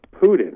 Putin